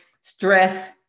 stress